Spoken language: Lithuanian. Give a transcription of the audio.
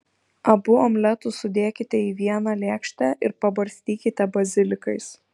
abu omletus sudėkite į vieną lėkštę ir pabarstykite bazilikais